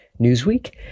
Newsweek